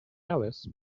alice